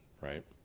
right